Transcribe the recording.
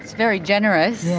very generous.